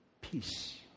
peace